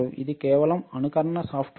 ఇది కేవలం అనుకరణ సాఫ్ట్వేర్